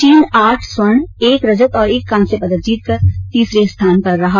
चीन आठ स्वर्ण एक रजत और एक कांस्य पदक जीतकर तीसरे स्थान पर रहा